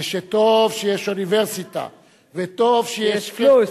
זה שטוב שיש אוניברסיטה וטוב שיש, שיש פְלוּס.